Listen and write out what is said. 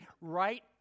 right